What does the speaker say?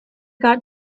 got